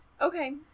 Okay